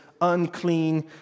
unclean